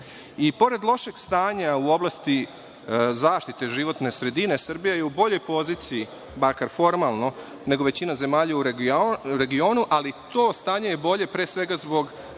I pored lošeg stanja u oblasti zaštite životne sredine, Srbija je u boljoj poziciji, makar formalno, nego većina zemalja u regionu, ali to stanje je bolje, pre svega, zbog